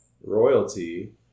royalty